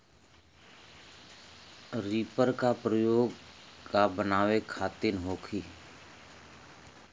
Reaper का प्रयोग का बनावे खातिन होखि?